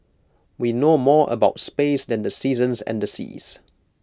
we know more about space than the seasons and the seas